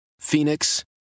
Phoenix